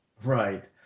Right